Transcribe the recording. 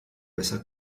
besser